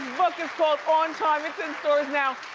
book is called on time, it's in stores now.